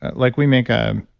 like we make um